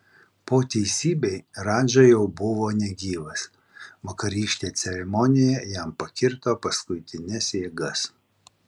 po teisybei radža jau buvo negyvas vakarykštė ceremonija jam pakirto paskutines jėgas